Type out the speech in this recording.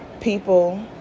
people